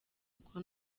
uko